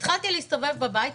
התחלתי להסתובב בבית,